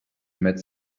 met